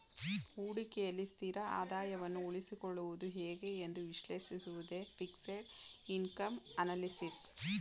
ಹೂಡಿಕೆಯಲ್ಲಿ ಸ್ಥಿರ ಆದಾಯವನ್ನು ಉಳಿಸಿಕೊಳ್ಳುವುದು ಹೇಗೆ ಎಂದು ವಿಶ್ಲೇಷಿಸುವುದೇ ಫಿಕ್ಸೆಡ್ ಇನ್ಕಮ್ ಅನಲಿಸಿಸ್